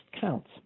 counts